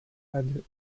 had